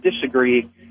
disagree